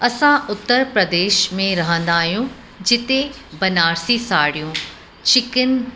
असां उत्तर प्रदेश में रहंदा आहियूं जिते बनारसी साड़ियूं चिकिन